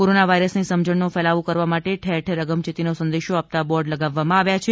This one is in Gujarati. કોરોના વાઇરસ ની સમજણ નો ફેલાવો કરવા માટે ઠેર ઠેર અગમચેતી નો સંદેશો આપતા બોર્ડ લગાવવા માં આવ્યા છે